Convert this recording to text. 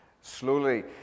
slowly